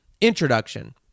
introduction